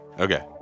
Okay